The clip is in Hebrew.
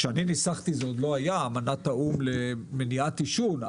כשניסחתי את ההצעה עוד לא הייתה אמנת האו"ם למניעת עישון,